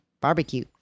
Barbecue